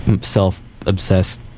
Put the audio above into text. self-obsessed